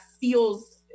feels